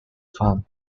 funded